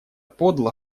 подло